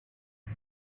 one